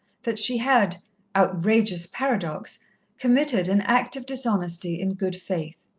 that she had outrageous paradox committed an act of dishonesty in good faith.